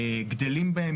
גדלים בהן,